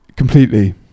Completely